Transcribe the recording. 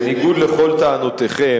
בניגוד לכל טענותיכם,